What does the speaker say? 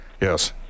Yes